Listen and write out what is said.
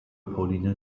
pauline